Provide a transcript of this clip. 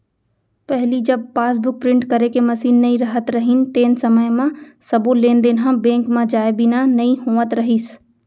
पहिली जब passbook print करे के मसीन नइ रहत रहिस तेन समय म सबो लेन देन ह बेंक म जाए बिना नइ होवत रहिस